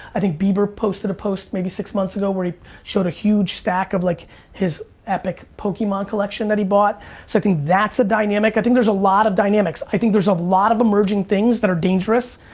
i think bieber posted a post maybe six months ago where he showed a huge stack of like his epic pokemon collection that he bought so i think that's a dynamic. i think there's a lot of dynamics. i think there's a lot of emerging things that are dangerous.